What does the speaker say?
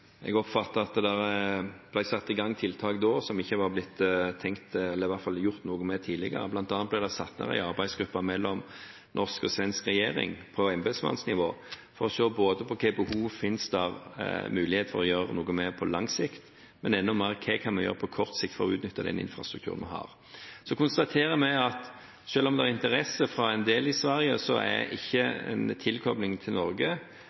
Jeg oppfattet at det ble satt i gang tiltak da som det ikke var gjort noe med tidligere. Blant annet ble det satt ned en arbeidsgruppe mellom norsk og svensk regjering på embetsmannsnivå for å se på hvilket behov det finnes muligheter for å gjøre noe med på lang sikt, men enda mer hva vi kan gjøre på kort sikt for å utnytte den infrastrukturen vi har. Så konstaterer vi at selv om det er interesse fra en del i Sverige, er ikke tilkobling til Norge